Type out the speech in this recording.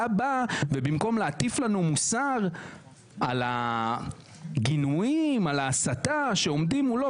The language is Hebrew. היה בא ובמקום להטיף לנו מוסר על הגינויים ועל ההסתה שעומדים מולו,